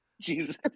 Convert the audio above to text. jesus